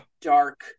dark